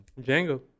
Django